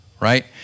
right